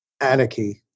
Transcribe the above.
anarchy